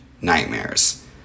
nightmares